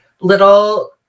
little